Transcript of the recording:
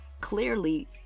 clearly